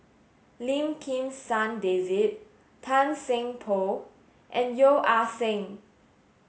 Lim Kim San David Tan Seng Poh and Yeo Ah Seng